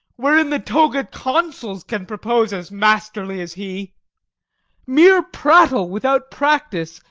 wherein the toged consuls can propose as masterly as he mere prattle, without practice,